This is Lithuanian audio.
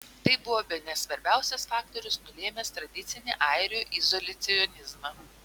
tai buvo bene svarbiausias faktorius nulėmęs tradicinį airių izoliacionizmą